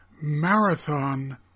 marathon